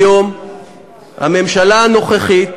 היום הממשלה הנוכחית,